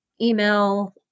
email